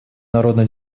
народно